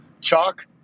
chalk